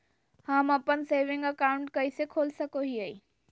हम अप्पन saving account कइसे खोल सको हियै?